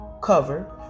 cover